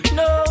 no